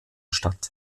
statt